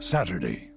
Saturday